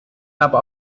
habe